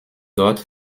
dort